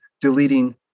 deleting